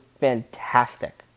fantastic